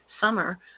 summer